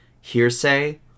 hearsay